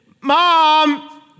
Mom